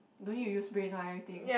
don't need to use brain one everything